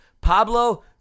Pablo